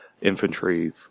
infantry